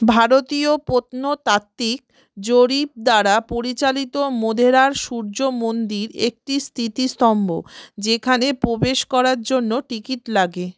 ভারতীয় প্রত্নতাত্ত্বিক জরিপ দ্বারা পরিচালিত মোধেরার সূর্য মন্দির একটি স্থিতিস্তম্ভ যেখানে প্রবেশ করার জন্য টিকিট লাগে